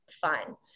fun